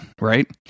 right